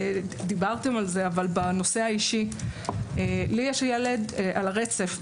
דיברתם על זה אבל בנושא האישי, לי יש ילד על הרצף,